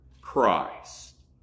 Christ